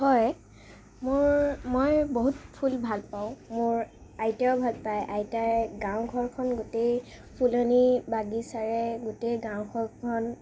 হয় মোৰ মই বহুত ফুল ভাল পাওঁ মোৰ আইতায়ো ভাল পায় আইতাই গাঁৱৰ ঘৰখন গোটেই ফুলনিৰ বাগিচাৰে গোটেই গাঁৱৰ ঘৰখন